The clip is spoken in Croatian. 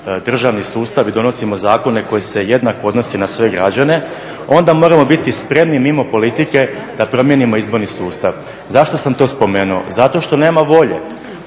državni sustav i donosimo zakone koji se jednako odnose na sve građane, onda moramo biti spremni mimo politike da promijenimo izborni sustav. Zašto sam to spomenuo? Zato što nema volje.